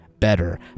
better